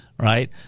Right